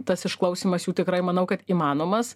tas išklausymas jų tikrai manau kad įmanomas